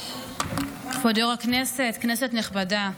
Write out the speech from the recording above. כנסת נכבדה,